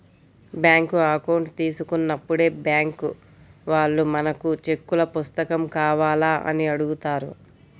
bank account తీసుకున్నప్పుడే bank వాళ్ళు మనకు చెక్కుల పుస్తకం కావాలా అని అడుగుతారు